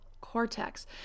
cortex